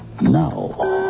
Now